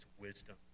wisdom